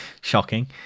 Shocking